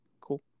cool